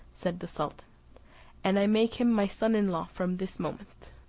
said the sultan and i make him my son-in-law from this moment.